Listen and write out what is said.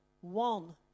one